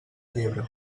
llebre